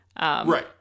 Right